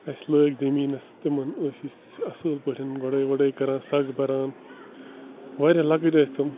اَسہِ لٲگۍ زٔمیٖنَس تِمَن ٲسۍ أسۍ اَصٕل پٲٹھۍ گُڈٲے وُڈٲے کَران سَگ بَران واریاہ لۄکٕٹۍ ٲسۍ تِم